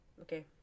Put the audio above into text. Okay